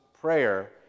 prayer